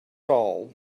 all